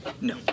No